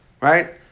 Right